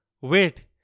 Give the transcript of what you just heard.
Wait